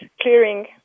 clearing